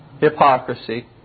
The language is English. hypocrisy